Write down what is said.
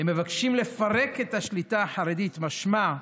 הם מבקשים לפרק את השליטה החרדית, משמע,